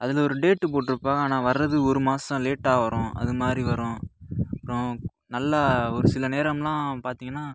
அதில் ஒரு டேட் போட்டிருப்பாங்க ஆனால் வரது ஒரு மாதம் லேட்டாக வரும் அது மாதிரி வரும் அப்புறம் நல்லா ஒரு சில நேரம்லாம் பார்த்திங்கனா